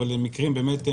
אבל אלו מקרים שבאמת,